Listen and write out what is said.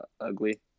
ugly